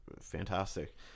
fantastic